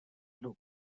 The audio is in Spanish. club